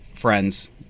friends